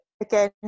Again